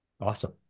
awesome